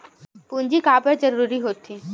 पूंजी का बार जरूरी हो थे?